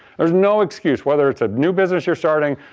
there is no excuse whether it's a new business you're starting,